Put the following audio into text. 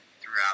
throughout